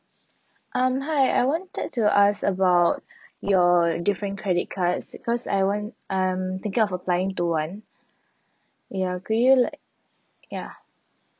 um hi I wanted to ask about your different credit cards because I want I'm thinking of applying to one ya could you like ya